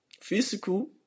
physical